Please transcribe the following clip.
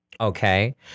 Okay